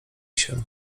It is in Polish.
się